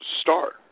start